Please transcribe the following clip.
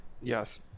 Yes